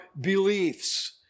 beliefs